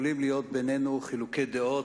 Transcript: יכולים להיות בינינו חילוקי דעות,